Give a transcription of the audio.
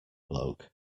bloke